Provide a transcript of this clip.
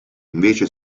invece